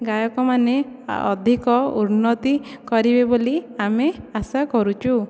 ଗାୟକ ମାନେ ଅଧିକ ଉନ୍ନତି କରିବେ ବୋଲି ଆମେ ଆଶା କରୁଛୁ